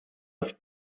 als